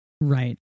Right